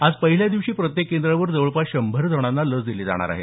आज पहिल्या दिवशी प्रत्येक केंद्रावर जवळपास शंभर जणांना लस दिली जाणार आहे